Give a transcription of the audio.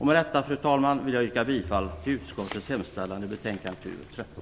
Med detta, fru talman, vill jag yrka bifall till utskottets hemställan i betänkandet TU13.